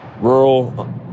rural